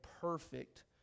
perfect